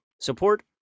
support